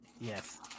Yes